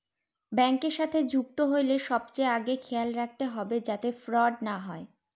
ব্যাঙ্কের সাথে যুক্ত হইলে সবচেয়ে আগে খেয়াল রাখবে যাতে ফ্রড না হয়